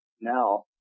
now